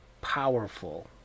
powerful